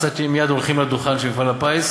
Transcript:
מצד שני הם מייד הולכים לדוכן של מפעל הפיס,